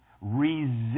Resist